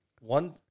one